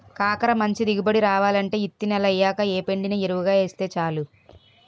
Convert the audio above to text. కాకర మంచి దిగుబడి రావాలంటే యిత్తి నెలయ్యాక యేప్పిండిని యెరువుగా యేస్తే సాలు